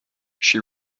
she